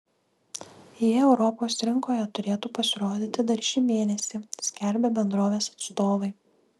jie europos rinkoje turėtų pasirodyti dar šį mėnesį skelbia bendrovės atstovai